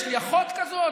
ויש לי אחות כזאת,